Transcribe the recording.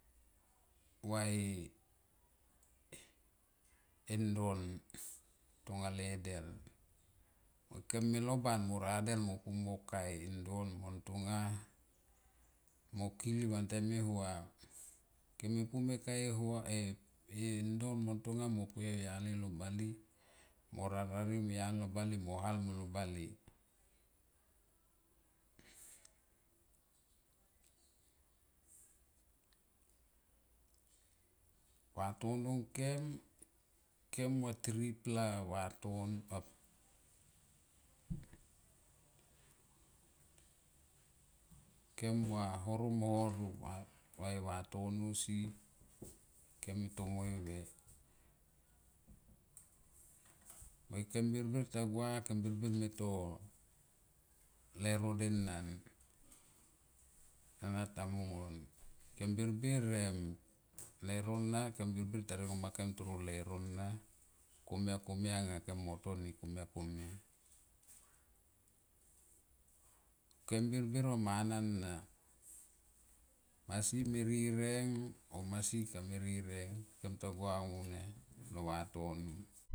Va e ndon tanga le del mo ikem me loban mo radel mo pumo ka e ndon mo ntonga mo kili vantem e hua. Kem me pu mo kae hua e ndon mo ntonga mo poi au yli lo bale mo rar rarie mo yali lo bale mo hal ma bale. Vatono ngkem kem va tripla vatono a kem va horo mo horo vai vatono si kem tomoi ve mo ikem birbir tagua kem birbir me to leuro denan ana ta mungon kem birbir em leuro na kem birbir ta ningo ma kem toro leuro na komia, komia anga kem mo toni komia komia. Kem birbir va mana masi me rireng mo masi kam rireng kem ta gua au nia lo vatono.